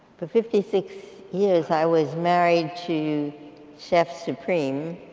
but fifty six years i was married to chef supreme,